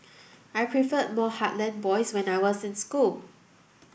I preferred more heartland boys when I was in school